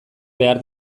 behar